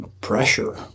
pressure